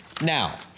Now